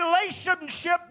relationship